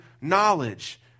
knowledge